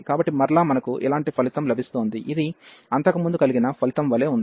కాబట్టి మరలా మనకు ఇలాంటి ఫలితం లభిస్తోంది ఇది అంతకుముందు కలిగిన ఫలితము వలె ఉంది